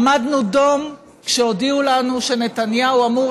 עמדנו דום כשהודיעו לנו שנתניהו אמור